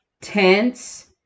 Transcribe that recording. tense